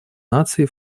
наций